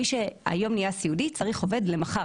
מי שהיום נהיה סיעודי צריך עובד למחר,